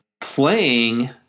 playing –